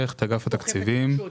ואיך הכסף הזה מושקע?